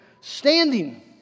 standing